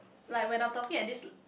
like when I'm talking at this